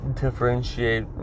differentiate